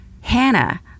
Hannah